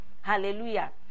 hallelujah